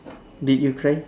did you cry